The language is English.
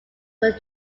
were